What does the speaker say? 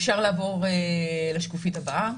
בשקופית הבאה